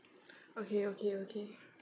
okay okay okay